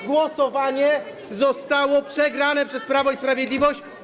że głosowanie zostało przegrane przez Prawo i Sprawiedliwość.